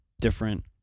different